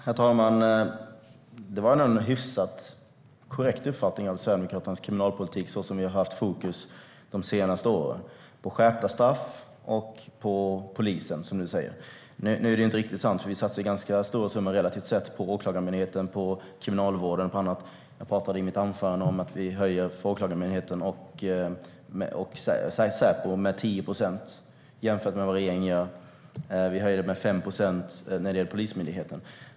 Herr talman! Det var en hyfsat korrekt uppfattning av Sverigedemokraternas kriminalpolitik. De senaste åren har vi haft fokus på skärpta straff och på polisen, som Helene Petersson säger. Nu är det inte riktigt sant - vi satsar ganska stora summor relativt sett på Åklagarmyndigheten, på Kriminalvården och på annat. Jag talade i mitt anförande om att vi höjer anslagen för Åklagarmyndigheten och Säpo med 10 procent jämfört med vad regeringen gör. Vi höjer med 5 procent för Polismyndigheten.